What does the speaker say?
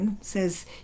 says